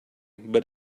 but